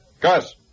Gus